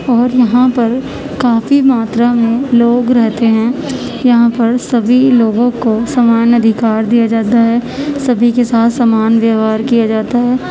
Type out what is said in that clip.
اور یہاں پر کافی ماترا میں لوگ رہتے ہیں یہاں پر سبھی لوگوں کو سمان ادھکار دیا جاتا ہے سبھی کے ساتھ سمان ویوہار کیا جاتا ہے